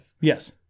Yes